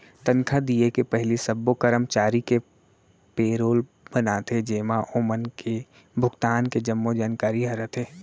तनखा दिये के पहिली सब्बो करमचारी के पेरोल बनाथे जेमा ओमन के भुगतान के जम्मो जानकारी ह रथे